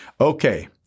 Okay